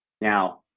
Now